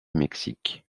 mexique